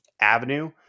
Avenue